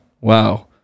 Wow